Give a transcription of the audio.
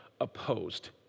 opposed